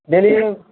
نہیں نہیں